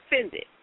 offended